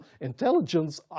intelligence